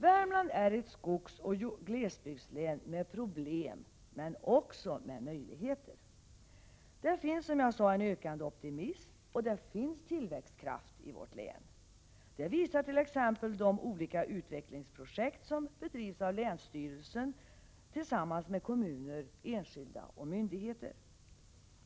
Värmland är ett skogsoch glesbygdslän med problem, men också med möjligheter. Det finns som jag sade en ökande optimism, och det finns tillväxtkraft i vårt län. Detta visar t.ex. de olika utvecklingsprojekt som drivs av länsstyrelsen tillsammans med kommun, enskilda och myndigheter.